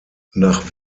nach